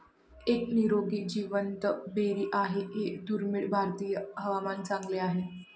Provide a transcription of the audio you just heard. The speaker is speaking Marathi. एक निरोगी जिवंत बेरी आहे हे दुर्मिळ भारतीय हवामान चांगले आहे